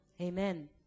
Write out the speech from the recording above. Amen